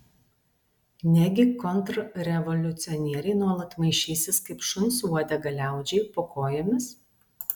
negi kontrrevoliucionieriai nuolat maišysis kaip šuns uodega liaudžiai po kojomis